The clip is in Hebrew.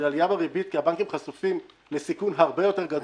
של עלייה בריבית כי הבנקים חשופים לסיכון הרבה יותר גדול